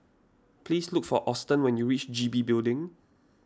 please look for Austen when you reach G B Building